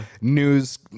news